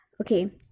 Okay